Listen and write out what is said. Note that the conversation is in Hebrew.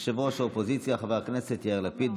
ראש האופוזיציה חבר הכנסת יאיר לפיד,